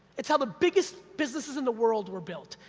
it's how the biggest businesses in the world were built,